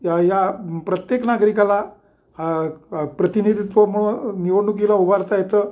या या प्रत्येक नागरिकला आ प्रतिनिधित्वमुळं निवडणुकीला उभा राहता येतं